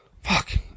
fuck